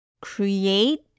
Create